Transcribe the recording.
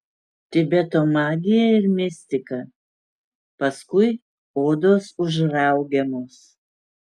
tibeto magija ir mistika paskui odos užraugiamos